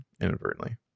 Inadvertently